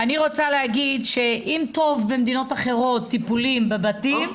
אני רוצה להגיד שאם טוב במדינות אחרות טיפולים בבתים,